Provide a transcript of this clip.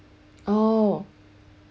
oh